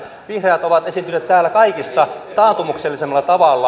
vihreät ovat esiintyneet täällä kaikista taantumuksellisimmalla tavalla